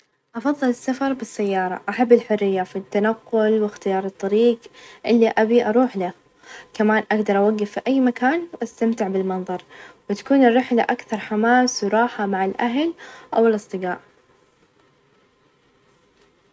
منزل أحلامي يكون كبير ومرح فيه حديقة واسعة مليانة أشجار وزهور، الغرف تكون مفتوحة ومليانة ظوء طبيعي، مع مطبخ حديث، ومجلس مريح للعزائم، وأحب يكون فيه مكان للقراءة ،والهدوء، وفيه بلكونة تطل على منظر جميل عشان أقدر أشرب قهوتي في الصباح.